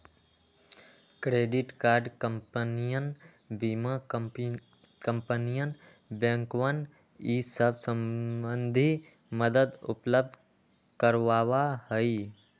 credit card कंपनियन बीमा कंपनियन बैंकवन ई सब संबंधी मदद उपलब्ध करवावा हई